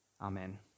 Amen